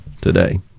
today